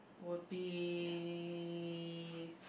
will be